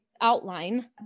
Outline